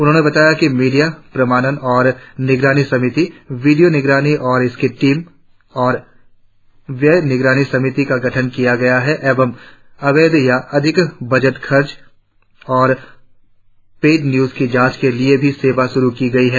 उन्होंने बताया कि मीडिया प्रमाणन और निगरानी समिति वीडियों निगरानी और इसकी टीम और व्यय निगरानी समिति का गठन किया गया है एवं अवैध या अधिक बजट खर्च और पैड न्यूज की जांच के लिए भी सेवा शुरु की गई है